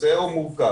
הנושא הוא מורכב,